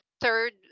third